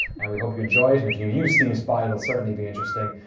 and we hope you enjoy it and if you use steam spy, it'll certainly be interesting.